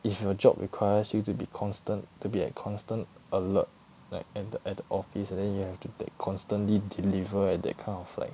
if your job requires you to be constant to be like constant alert like at the at the office and then you have to like constantly deliver at that kind of like